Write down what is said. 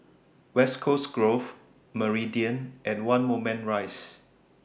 West Coast Grove Meridian and one Moulmein Rise